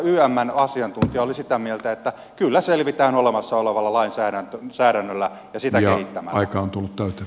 ymn asiantuntija oli sitä mieltä että kyllä selvitään olemassa olevalla lainsäädännöllä ja sitä kehittämällä